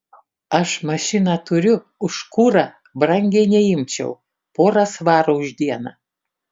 aš mašiną turiu už kurą brangiai neimčiau porą svarų už dieną